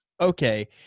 Okay